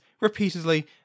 repeatedly